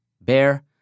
Bear